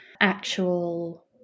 actual